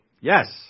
Yes